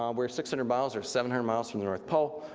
um we're six hundred miles or seven hundred miles from the north pole,